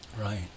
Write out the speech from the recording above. Right